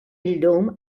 illum